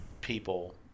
people